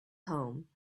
home